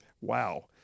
Wow